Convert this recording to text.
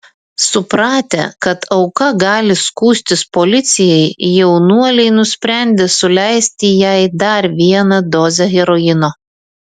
supratę kad auka gali skųstis policijai jaunuoliai nusprendė suleisti jai dar vieną dozę heroino